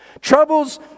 Troubles